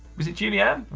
was it julie anne?